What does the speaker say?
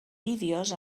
vídeos